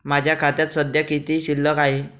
माझ्या खात्यात सध्या किती शिल्लक आहे?